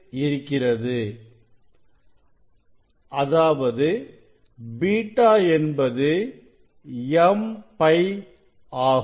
அதை அதாவது β என்பது m π ஆகும்